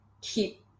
keep